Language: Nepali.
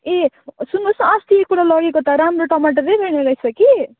ए सुन्नुहोस् न अस्ति एकपल्ट लगेको त राम्रो टमाटरै रहेन रहेछ कि